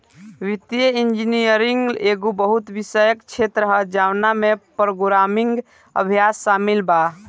वित्तीय इंजीनियरिंग एगो बहु विषयक क्षेत्र ह जवना में प्रोग्रामिंग अभ्यास शामिल बा